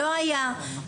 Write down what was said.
לא היה.